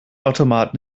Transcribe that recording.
automat